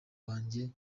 wange